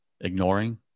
ignoring